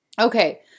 Okay